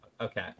okay